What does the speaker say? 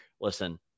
Listen